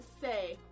say